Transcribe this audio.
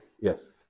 yes